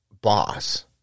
boss